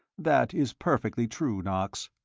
that is perfectly true, knox.